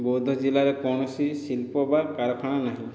ବୌଦ୍ଧ ଜିଲ୍ଲାର କୌଣସି ଶିଳ୍ପ ବା କାରଖାନା ନାହିଁ